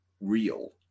real